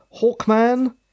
Hawkman